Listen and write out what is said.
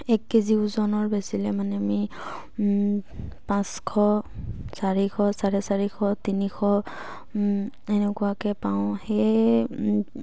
এক কেজি ওজনৰ বেচিলে মানে আমি পাঁচশ চাৰিশ চাৰে চাৰিশ তিনিশ এনেকুৱাকৈ পাওঁ সেয়ে